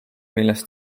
milles